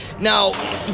Now